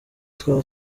twaba